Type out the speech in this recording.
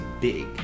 big